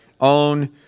own